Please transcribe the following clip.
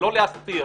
לא להסתיר